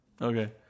Okay